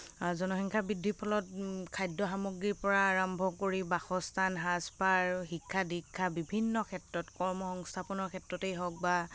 আৰু জনসংখ্যা বৃদ্ধিৰ ফলত খাদ্য সামগ্ৰীৰ পৰা আৰম্ভ কৰি বাসস্থান সাজপাৰ শিক্ষা দীক্ষা বিভিন্ন ক্ষেত্ৰত কৰ্ম সংস্থাপনৰ ক্ষেত্ৰতে হওঁক বা